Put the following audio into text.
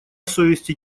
совести